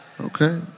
Okay